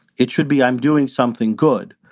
it should be. i'm doing something good,